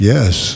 Yes